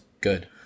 good